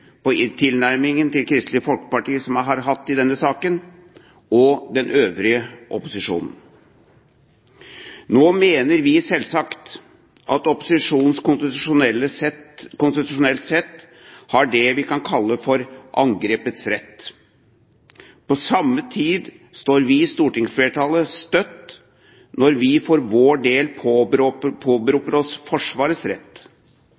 på den tilnærmingen som Kristelig Folkeparti har hatt i denne saken, og den fra den øvrige opposisjonen. Nå mener vi selvsagt at opposisjonen konstitusjonelt sett har det vi kan kalle for angrepets rett. På samme tid står vi i stortingsflertallet støtt når vi for vår del påberoper oss forsvarets rett.